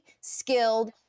skilled